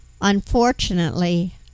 Unfortunately